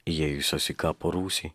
įėjusios į kapo rūsį